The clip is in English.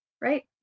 Right